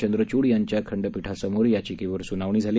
चंद्रचूड यांच्या खंठपीठासमोर याचिकेवर सुनावणी झाली